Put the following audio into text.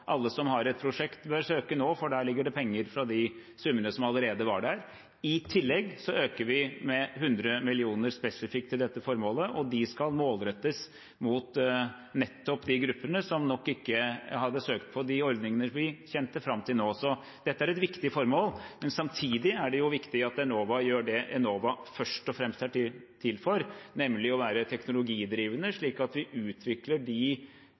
alle som har et prosjekt, bør søke nå, for der ligger det penger fra de summene som allerede var der. I tillegg øker vi med 100 mill. kr spesifikt til dette formålet, og de skal målrettes mot nettopp de gruppene som nok ikke hadde søkt på de ordningene vi har kjent fram til nå, så dette er et viktig formål. Men samtidig er det viktig at Enova gjør det Enova først og fremst er til for, nemlig å være teknologidrivende, slik at vi utvikler de